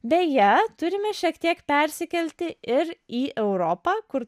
beje turime šiek tiek persikelti ir į europą kur